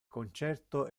concerto